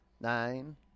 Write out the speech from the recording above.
nine